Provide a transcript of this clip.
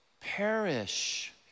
perish